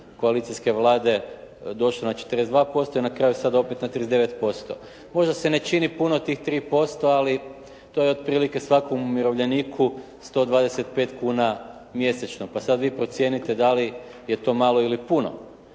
koalicijske Vlade došlo na 42% i na kraju sad opet na 39%. Možda se ne čini puno tih 3%, ali to je otprilike svakom umirovljeniku 125 kuna mjesečno pa sad vi procijenite da li je to malo ili puno.